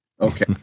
okay